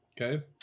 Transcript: Okay